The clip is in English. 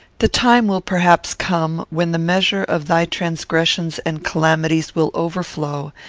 the time will perhaps come, when the measure of thy transgressions and calamities will overflow,